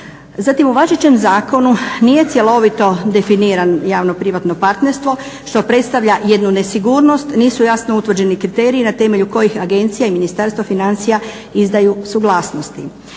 Zatim u važećem zakonu nije cjelovito definirano javno-privatno partnerstvo što predstavlja jednu nesigurnost. Nisu jasno utvrđeni kriteriji na temelju kojih agencija i Ministarstvo financija izdaju suglasnosti.